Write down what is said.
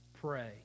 pray